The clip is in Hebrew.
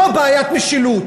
זו בעיית משילות.